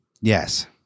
Yes